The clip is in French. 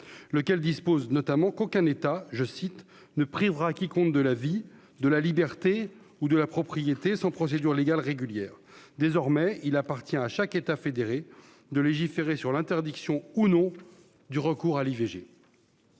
lequel dispose notamment qu'aucun État « ne privera quiconque de la vie, de la liberté ou de la propriété, sans procédure légale régulière ». Désormais, il appartient à chaque État fédéré américain de légiférer sur l'interdiction ou non du recours à